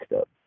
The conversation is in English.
up